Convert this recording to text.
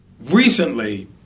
recently